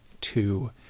Two